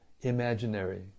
imaginary